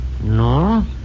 No